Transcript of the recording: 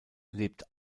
lebt